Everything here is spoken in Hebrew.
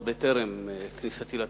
עוד טרם כניסתי לתפקיד,